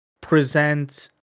present